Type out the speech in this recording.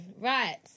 Right